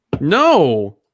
No